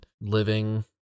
living